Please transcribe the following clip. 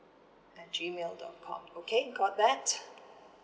at G mail dot com okay got that